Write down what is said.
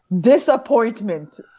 Disappointment